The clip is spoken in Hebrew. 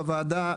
בוועדה,